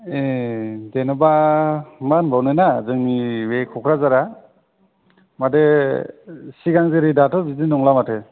ए जेन'बा मा होनबावनो ना जोंनि बे क'कराझारा माथो सिगां जेरै दाथ' बिदि नंला माथो